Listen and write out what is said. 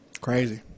Crazy